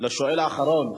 לשואל האחרון,